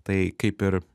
tai kaip ir